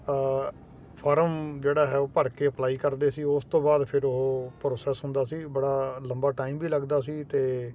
farm ਜਿਹੜਾ ਹੈ ਉਹ ਭਰ ਕੇ ਅਪਲਾਈ ਕਰਦੇ ਸੀ ਉਸ ਤੋਂ ਬਾਅਦ ਫਿਰ ਉਹ ਪ੍ਰੋਸੈਸ ਹੁੰਦਾ ਸੀ ਬੜਾ ਲੰਬਾ ਟਾਈਮ ਵੀ ਲੱਗਦਾ ਸੀ ਅਤੇ